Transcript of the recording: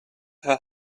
her